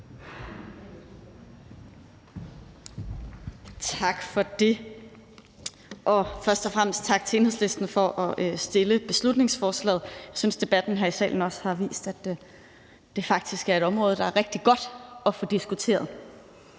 Tak for det, og først og fremmest tak til Enhedslisten for at fremsætte beslutningsforslaget. Jeg synes, debatten her i salen også har vist, at det faktisk er et område, der er rigtig godt at få diskuteret.